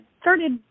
started